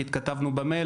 כי התכתבנו במייל,